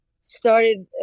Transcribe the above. started